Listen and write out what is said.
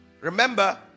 Remember